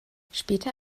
später